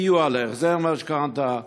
סיוע להחזר משכנתה,